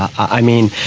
i mean,